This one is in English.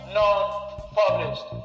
non-published